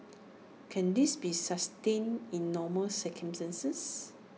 can this be sustained in normal circumstances